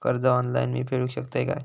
कर्ज ऑनलाइन मी फेडूक शकतय काय?